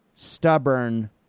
Stubborn